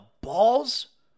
balls